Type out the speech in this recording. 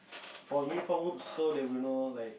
for uniform groups so they will know like